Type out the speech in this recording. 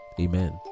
Amen